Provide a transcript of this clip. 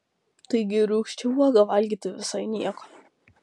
taigi ir rūgščią uogą valgyti visai nieko